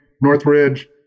Northridge